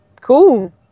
cool